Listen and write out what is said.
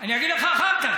אני אגיד לך אחר כך.